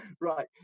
Right